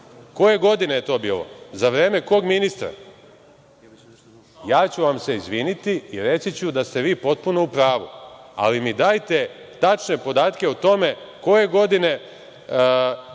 koje godine je to bilo, za vreme kog ministra, ja ću vam se izviniti i reći ću da ste vi potpuno u pravu, ali mi dajte tačne podatke o tome koje godine